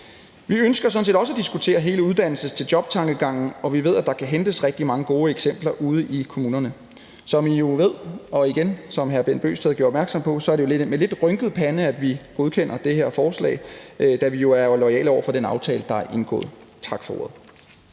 sådan set også at diskutere hele uddannelse til job-tankegangen, og vi ved, at der kan hentes rigtig mange gode eksempler ude i kommunerne. Som I jo ved, og som hr. Bent Bøgsted gjorde opmærksom på, er det med lidt rynket pande, at vi godkender det her forslag, men vi er jo loyale over for den aftale, der er indgået. Tak for ordet.